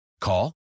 Call